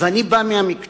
ואני בא מהמקצוע,